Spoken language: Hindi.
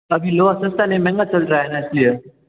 अभी लोहा सस्ता नहीं महंगा चल रहा है न इसलिए